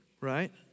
right